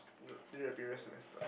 no during the previous semester